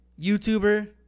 YouTuber